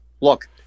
Look